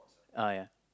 uh ya